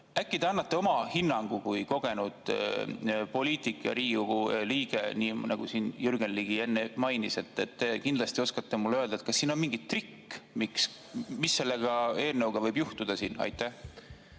Äkki te annate oma hinnangu kui kogenud poliitik ja Riigikogu liige, nii nagu Jürgen Ligi enne mainis. Te kindlasti oskate mulle öelda, kas siin on mingi trikk, mis selle eelnõuga võib juhtuda. Hea